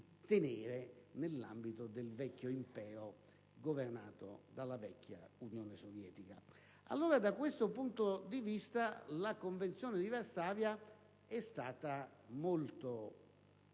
nell'ambito del vecchio impero governato della vecchia Unione Sovietica. Da questo punto di vista, la Convenzione di Varsavia è stata molto